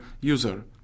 user